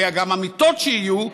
וגם המיטות שיהיו,